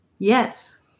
Yes